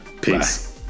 Peace